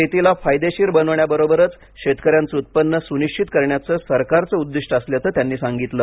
शेतीला फायदेशीर बनवण्याबरोबरच शेतकऱ्यांचे उत्पन्न सुनिश्वित करण्याचे सरकारचे उद्दीष्ट असल्याचं त्यांनी सांगितलं